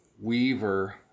Weaver